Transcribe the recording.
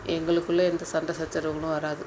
எங்களுக்குள்ளே எந்த சண்டை சச்சரவுகளும் வராது